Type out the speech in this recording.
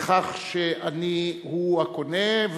לכך שאני הוא הקונה,